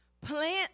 plant